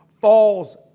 falls